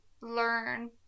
learn